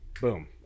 boom